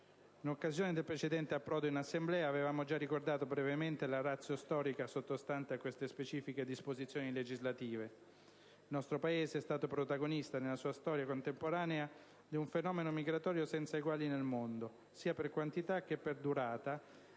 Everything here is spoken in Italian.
In occasione del precedente approdo in Assemblea, avevamo già ricordato brevemente la *ratio* storica sottostante a queste specifiche disposizioni legislative. Il nostro Paese è stato protagonista nella sua storia contemporanea di un fenomeno migratorio senza eguali al mondo sia per quantità, che per durata